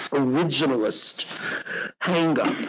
originalist handgun.